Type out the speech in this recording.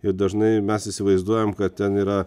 ir dažnai mes įsivaizduojam kad ten yra